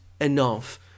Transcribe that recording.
enough